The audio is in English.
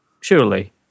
surely